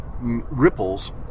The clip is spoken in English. ripples